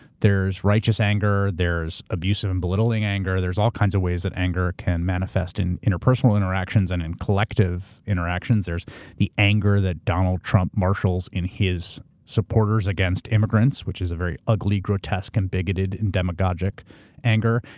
there's righteous anger, there's abusive and belittling anger. there's all kinds of ways that anger can manifest in interpersonal interactions and in collective interactions. there's the anger that donald trump marshals in his supporters against immigrants, which is a very ugly, grotesque and bigoted and demagogic anger,